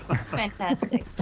Fantastic